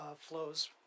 flows